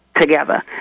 together